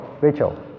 Rachel